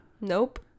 Nope